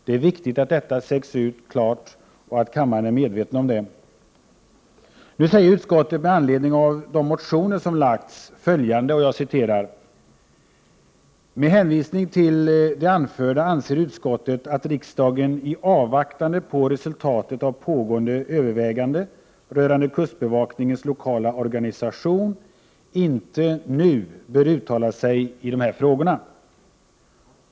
Det är viktigt att detta sägs klart ut och att kammaren är medveten om detta. Nu säger utskottet med anledning av motioner: ”Med hänvisning till det anförda anser utskottet att riksdagen i avvaktan på resultatet av pågående överväganden rörande kustbevakningens lokala organisation inte nu bör uttala sig i dessa frågor.